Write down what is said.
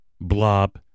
blob